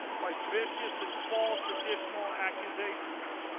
by vicious and false additional accusations.